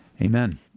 Amen